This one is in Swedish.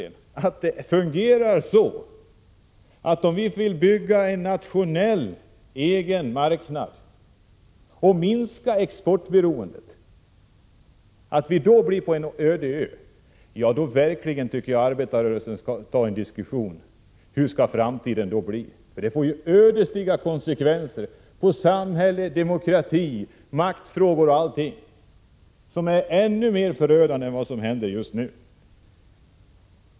Om det fungerar så, Bo Södersten, att vi, om vi vill bygga en egen nationell marknad och minska exportberoendet, hamnar på en öde ö, då tycker jag verkligen att arbetarrörelsen skall ta en diskussion om hur framtiden skall bli. Om vi skall fortsätta med exportbero endet får det ödesdigra konsekvenser för samhälle, demokrati, maktfrågor m.m. Det kommer att bli ännu mer förödande än det som händer nu.